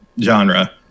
genre